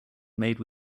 made